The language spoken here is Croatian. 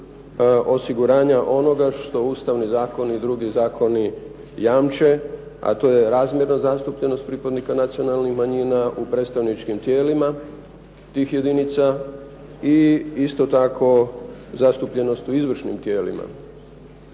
osiguranja onoga što ustavni zakoni i drugi zakoni jamče, a to je razmjerna zastupljenost pripadnika nacionalnih manjina u predstavničkim tijelima tih jedinica i isto tako zastupljenost u izvršnim tijelima.